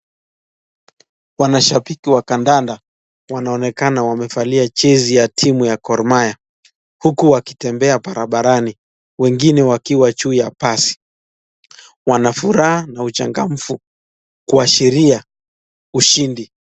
Wanashabiki wa kandanda wanaonekana wamevalia jezi ya timu ya Gor mahia, huku wakitembea barabarani wengine wakiwa juu ya basi. Wana furaha na uchangamfu, kuashiria ushindi.